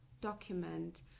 document